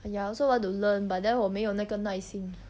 !aiya! I also want to learn but then 我没有那个耐心